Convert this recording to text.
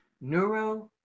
neuro